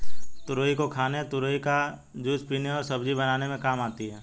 तुरई को खाने तुरई का जूस पीने और सब्जी बनाने में काम आती है